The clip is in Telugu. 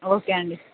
ఓకే అండి